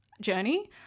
journey